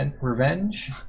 Revenge